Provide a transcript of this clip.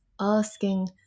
asking